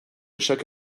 chaque